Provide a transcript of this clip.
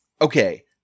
okay